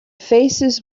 faces